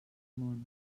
món